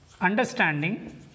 Understanding